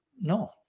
no